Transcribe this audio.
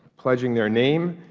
pledging their name,